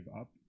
up